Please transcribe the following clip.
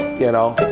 you know?